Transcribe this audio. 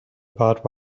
about